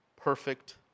perfect